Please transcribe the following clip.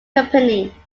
company